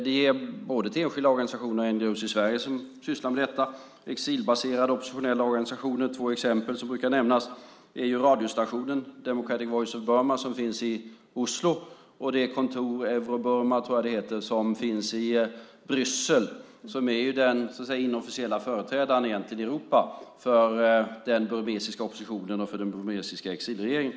Vi ger stöd till både enskilda organisationer och NGO:er i Sverige som sysslar med detta och till exilbaserade oppositionella organisationer. Två exempel som brukar nämnas är radiostationen Democratic voice of Burma, som finns i Oslo, och Euro Burma Office, som finns i Bryssel och som egentligen är den inofficiella företrädaren i Europa för den burmesiska oppositionen och den burmesiska exilregeringen.